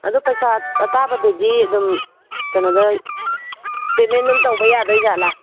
ꯑꯗꯨ ꯄꯩꯁꯥ ꯑꯇꯥꯕꯗꯨꯗꯤ ꯑꯗꯨꯝ ꯀꯩꯅꯣꯗ ꯄꯦꯃꯦꯟ ꯑꯗꯨꯝ ꯇꯧꯕ ꯌꯥꯗꯣꯏꯖꯥꯠꯂ